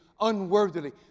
unworthily